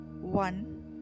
one